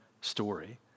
story